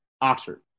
Oxford